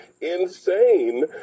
insane